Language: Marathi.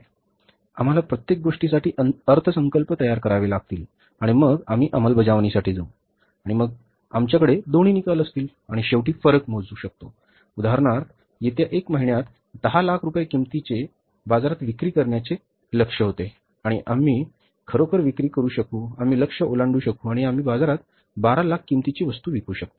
प्रथम आम्हाला प्रत्येक गोष्टीसाठी अर्थसंकल्प तयार करावे लागतील आणि मग आम्ही अंमलबजावणीसाठी जाऊ आणि मग आमच्याकडे दोन्ही निकाल असतील आणि शेवटी फरक मोजू शकतो उदाहरणार्थ येत्या एक महिन्यात 10 लाख किमतीचे बाजारात विक्री करण्याचे लक्ष्य होते आणि आम्ही खरोखर विक्री करू शकू आम्ही लक्ष्य ओलांडू शकू आणि आम्ही बाजारात 12 लाख किमतीची वस्तू विकू शकतो